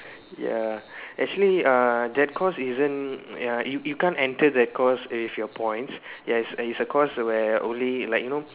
ya actually uh that course isn't ya you you can't enter that course with your points yes it's a course where only like you know